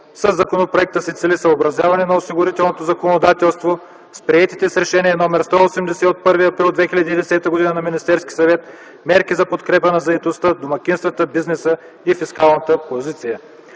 Със законопроекта се цели съобразяване на осигурителното законодателство с приетите с Решение № 180 от 1 април 2010 г. на Министерския съвет мерки за подкрепа на заетостта, домакинствата, бизнеса и фискалната позиция.